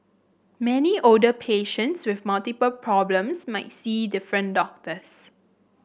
many older patients with multiple problems might see different doctors